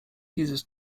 dieses